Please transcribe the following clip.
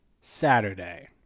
Saturday